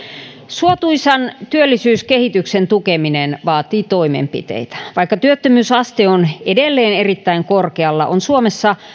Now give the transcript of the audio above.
suotuisan työllisyyskehityksen tukeminen vaatii toimenpiteitä vaikka työttömyysaste on edelleen erittäin korkealla on suomessa